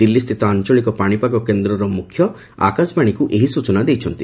ଦିଲ୍ଲୀସ୍ଥିତ ଆଞ୍ଚଳିକ ପାଣିପାଗ କେନ୍ଦ୍ରର ମୁଖ୍ୟ ଆକାଶବାଣୀକୁ ଏହି ସ୍ବଚନା ଦେଇଛନ୍ତି